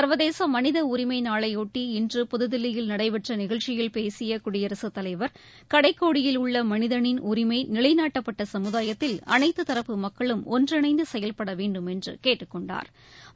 சா்வதேச மனித உரிமை நாளையொட்டி இன்று புதுதில்லியில் நடைபெற்ற நிகழ்ச்சியில் பேசிய குடியரசுத் தலைவர் களடக்கோடியில் உள்ள மனிதனின் உரிமை நிலைநாட்டப்பட சமுதாயத்தில் அனைத்து தரப்பு மக்களும் ஜன்றிணைந்து செயல்பட வேண்டும் என்று கேட்டுக்கொண்டாா்